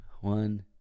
One